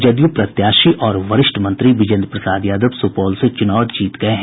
जदयू प्रत्याशी और वरिष्ठ मंत्री विजेन्द्र प्रसाद यादव सुपौल से चूनाव जीत गये है